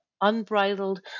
unbridled